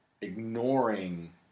ignoring